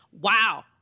Wow